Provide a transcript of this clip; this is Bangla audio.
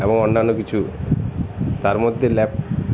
এবং অন্যান্য কিছু তার মধ্যে ল্যাপ